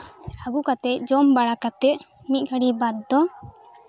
ᱟᱹᱜᱩ ᱠᱟᱛᱮᱫ ᱡᱚᱢ ᱵᱟᱲᱟ ᱠᱟᱛᱮᱫ ᱢᱤᱫ ᱜᱷᱟᱹᱲᱤ ᱵᱟᱫ ᱫᱚ